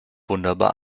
wunderbar